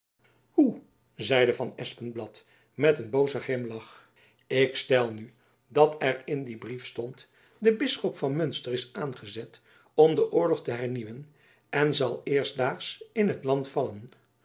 zeide van espenblad met een bozen grimlach ik stel nu dat er in dien brief stond de bisschop van munster is aangezet om den oorlog te hernieuwen en zal eerstdaags in het land vallen